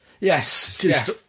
yes